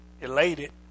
elated